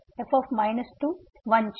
f 1 છે